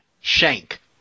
Shank